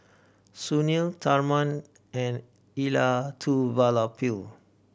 Sunil Tharman and Elattuvalapil